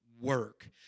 work